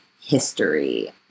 history